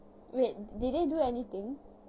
wait did they do anything